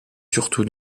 surtout